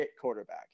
quarterback